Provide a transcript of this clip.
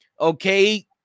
Okay